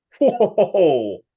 whoa